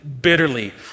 bitterly